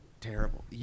terrible